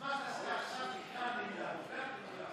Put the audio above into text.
מה שעשית עכשיו נקרא תפילת נעילה.